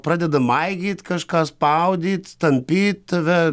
pradeda maigyt kažką spaudyt tampyt tave